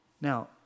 Now